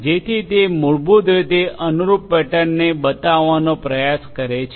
જેથી તે મૂળભૂત રીતે અનુરૂપ પેટર્નને બતાવવાનો પ્રયાસ કરે છે